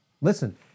Listen